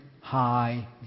high